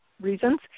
reasons